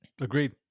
Agreed